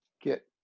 get